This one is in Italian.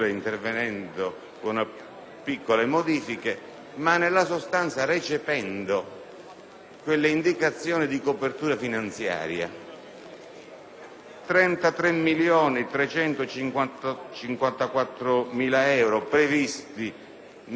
piccole modifiche, di recepimento delle indicazioni di copertura finanziaria: 33.354.000 euro previsti nel disegno di legge;